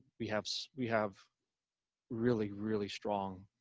we have so we have really, really strong,